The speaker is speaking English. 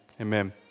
amen